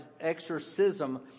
exorcism